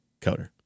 coder